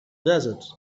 desert